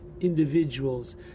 individuals